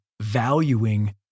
valuing